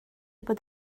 bod